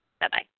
Bye-bye